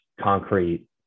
concrete